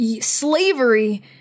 slavery